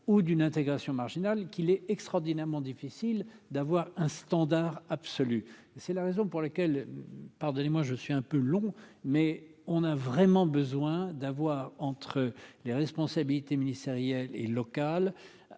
ou d'une intégration marginal qu'il est extraordinairement difficile d'avoir un standard absolu, c'est la raison pour laquelle, pardonnez-moi, je suis un peu long mais on a vraiment besoin d'avoir entre les responsabilités ministérielles et locales,